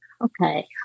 Okay